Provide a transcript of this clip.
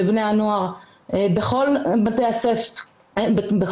לבני הנוער בכל בתי הספר.